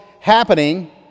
happening